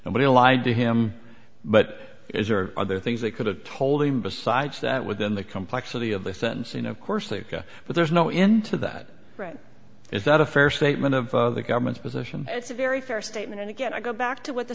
nobody allied to him but is there other things they could have told him besides that within the complexity of the sentencing of course but there's no into that right is that a fair statement of the government's position it's a very fair statement and again i go back to what the